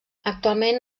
actualment